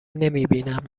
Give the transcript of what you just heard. نمیبینم